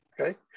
Okay